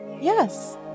Yes